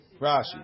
Rashi